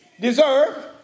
deserve